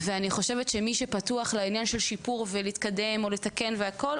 ואני חושבת שמי שפתוח לעניין של שיפור ולהתקדם או לתקן והכל,